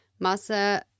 masa